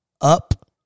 Up